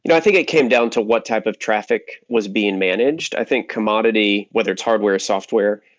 you know i think it came down to what type of traffic was being managed. i think commodity, whether it's hardware software,